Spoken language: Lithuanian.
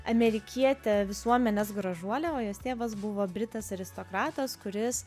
amerikietė visuomenės gražuolė o jos tėvas buvo britas aristokratas kuris